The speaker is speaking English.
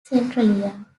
centralia